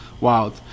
Wow